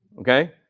Okay